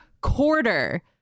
quarter